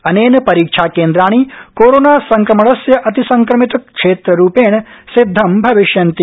अनेन परीक्षाकेन्द्राणि कोरोना संक्रमणस्य अतिसंक्रमित क्षेत्ररूपेण सिद्धं भविष्यन्ति